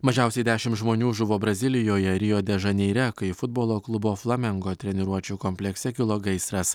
mažiausiai dešimt žmonių žuvo brazilijoje rio de žaneire kai futbolo klubo flamengo treniruočių komplekse kilo gaisras